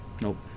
Nope